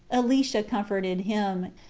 elisha comforted him,